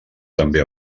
també